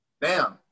bam